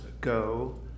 go